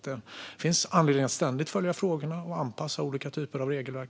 Det finns alltså anledning att ständigt följa frågorna och anpassa olika typer av regelverk.